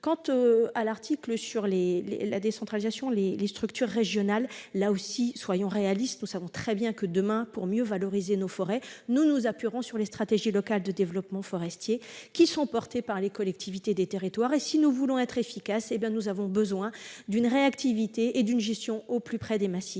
Quant à l'amendement visant la décentralisation et les collectivités régionales, là aussi, soyons réalistes ! Nous savons très bien que, demain, pour mieux valoriser nos forêts, nous nous appuierons sur les stratégies locales de développement forestier, qui sont portées par les collectivités territoriales. Si nous voulons être efficaces, nous avons besoin de réactivité et d'une gestion au plus près des massifs.